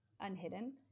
unhidden